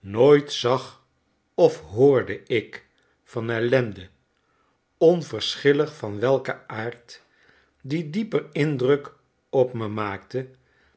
nooit zag of hoorde ik van ellende onverschillig van welken aard die dieper indruk op me maakte